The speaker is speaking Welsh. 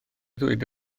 ddweud